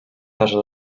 casar